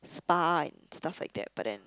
spa and stuff like that but then